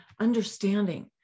understanding